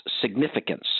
significance